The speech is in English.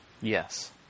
Yes